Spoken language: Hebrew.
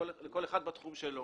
כל אחד בתחום שלו.